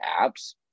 apps